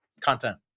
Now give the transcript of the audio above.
content